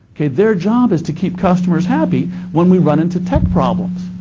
okay, their job is to keep customers happy when we run into tech problems.